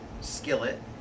Skillet